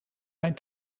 mijn